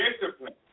discipline